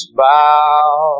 bow